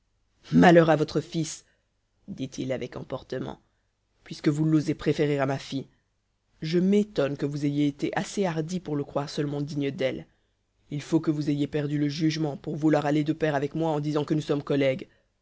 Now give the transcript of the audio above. malheur à votre fils dit-il avec emportement puisque vous l'osez préférer à ma fille je m'étonne que vous ayez été assez hardi pour le croire seulement digne d'elle il faut que vous ayez perdu le jugement pour vouloir aller de pair avec moi en disant que nous sommes collègues